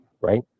right